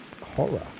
horror